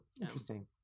interesting